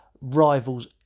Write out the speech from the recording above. rivals